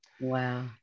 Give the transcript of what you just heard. Wow